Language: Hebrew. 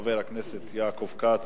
חבר הכנסת יעקב כץ,